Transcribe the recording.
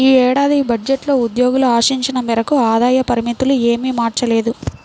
ఈ ఏడాది బడ్జెట్లో ఉద్యోగులు ఆశించిన మేరకు ఆదాయ పరిమితులు ఏమీ మార్చలేదు